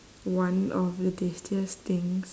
one of the tastiest things